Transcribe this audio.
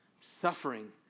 Suffering